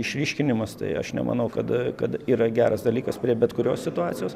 išryškinimas tai aš nemanau kad kad yra geras dalykas prie bet kurios situacijos